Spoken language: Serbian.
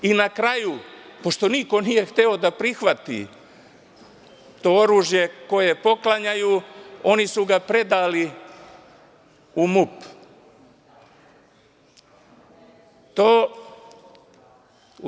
I na kraju, pošto niko nije hteo da prihvati to oružje koje poklanjaju, oni su ga predali u MUP.